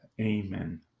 Amen